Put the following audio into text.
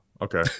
Okay